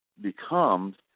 becomes